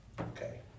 Okay